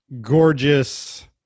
gorgeous